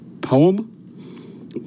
poem